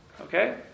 Okay